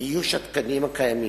איוש התקנים הקיימים.